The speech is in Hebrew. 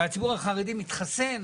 והציבור החרדי מתחסן,